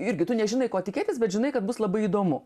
irgi tu nežinai ko tikėtis bet žinai kad bus labai įdomu